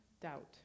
doubt